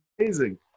amazing